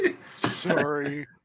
Sorry